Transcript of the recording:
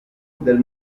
del